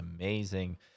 amazing